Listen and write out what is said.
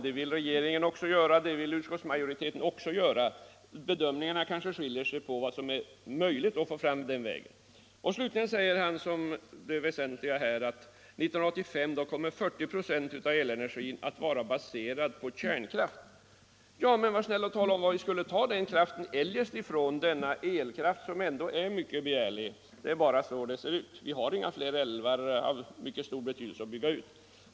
Det vill regeringen och utskottsmajoriteten också göra. Bedömningarna kanske skiljer sig när det gäller vad som är möjligt att få fram den vägen. Slutligen säger han, som det väsentliga, att år 1985 kommer 40 926 av elenergin att vara baserad på kärnkraft. Ja, men var snäll och tala om var vi eljest skulle ta den kraften ifrån — denna elkraft, som ändå är mycket begärlig. Det är bara så här det ser ut nu. Vi har inga fler älvar av särskild betydelse att bygga ut.